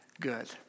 good